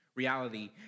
reality